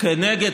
כנגד